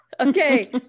Okay